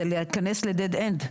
זה להיכנס ל-dead end.